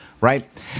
right